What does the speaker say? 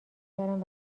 کردم